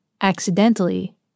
accidentally